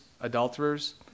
adulterers